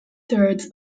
thirds